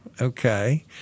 okay